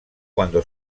cuando